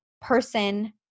person